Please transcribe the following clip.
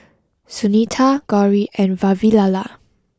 Sunita Gauri and Vavilala